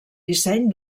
disseny